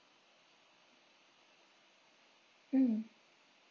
mm